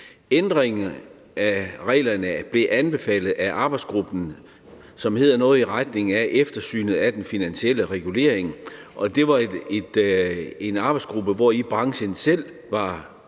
Ændringen af reglerne blev anbefalet af arbejdsgruppen, som hedder noget i retning af »Arbejdsgruppen for eftersynet af den finansielle regulering«, og det var en arbejdsgruppe, hvori branchen selv var